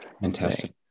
Fantastic